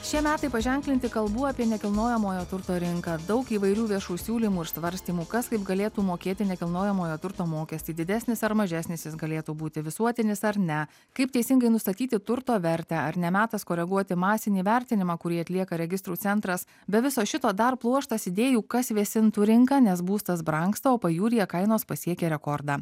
šie metai paženklinti kalbų apie nekilnojamojo turto rinką daug įvairių viešų siūlymų ir svarstymų kas kaip galėtų mokėti nekilnojamojo turto mokestį didesnis ar mažesnis jis galėtų būti visuotinis ar ne kaip teisingai nustatyti turto vertę ar ne metas koreguoti masinį vertinimą kurį atlieka registrų centras be viso šito dar pluoštas idėjų kas vėsintų rinką nes būstas brangsta o pajūryje kainos pasiekė rekordą